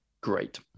Great